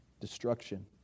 destruction